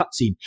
cutscene